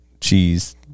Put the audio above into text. cheese